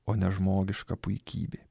o ne žmogiška puikybė